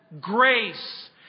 grace